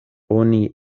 oni